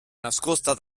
nascosti